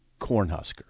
Cornhusker